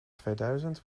tweeduizend